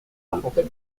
vingt